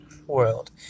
world